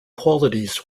qualities